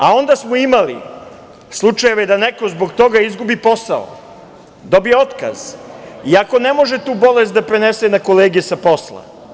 A onda smo imali slučajeve da neko zbog toga izgubi posao, dobije otkaz, iako ne može tu bolest da prenese na kolege sa posla.